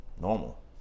normal